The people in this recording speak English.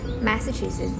Massachusetts